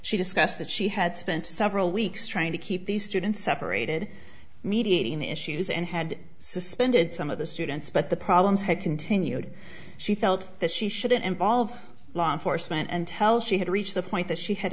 she discussed that she had spent several weeks trying to keep these students separated mediating issues and had suspended some of the students but the problems had continued she felt that she shouldn't involve law enforcement and tell she had reached the point that she had